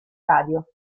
radio